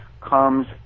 comes